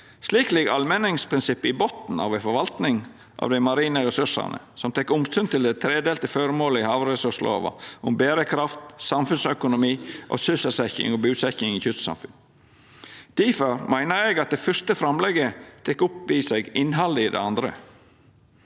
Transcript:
Slik ligg allmenningsprinsippet i botn av ei forvaltning av dei marine ressursane som tek omsyn til det tredelte føremålet i havressurslova om berekraft, samfunnsøkonomi og sysselsetjing og busetjing i kystsamfunn. Difor meiner eg at det første framlegget tek opp i seg innhaldet i det andre.